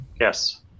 Yes